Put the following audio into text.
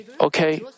okay